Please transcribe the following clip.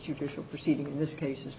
judicial proceeding in this case is